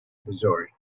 missouri